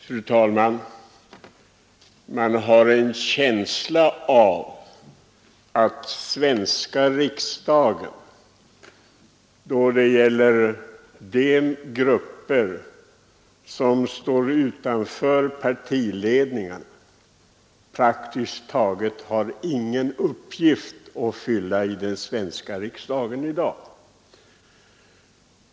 Fru talman! Man har en känsla av att de riksdagsgrupper som står utanför partiledningarna i dag inte har någon uppgift att fylla i den svenska riksdagen.